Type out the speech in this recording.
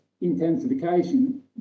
intensification